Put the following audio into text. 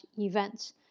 events